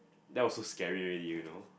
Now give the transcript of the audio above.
that was so scary already you know